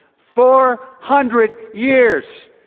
four hundred years.